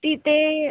तिथे